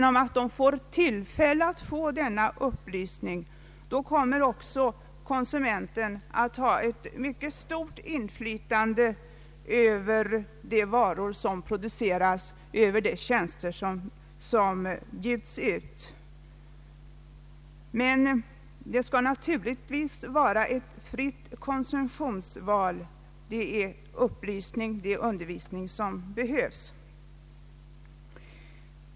Om tillfälle bereds konsumenten att få ytterligare upplysning kommer också konsumenten att få ett mycket stort inflytande över de varor som produceras och över de tjänster som bjuds ut. Men det skall naturligtvis vara ett fritt konsumtionsval. Vad som behövs är upplysning och undervisning.